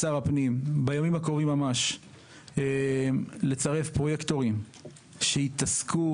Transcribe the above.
הקרובים ממש לצרף פרויקטורים שיתעסקו